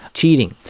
cheating,